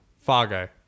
Fargo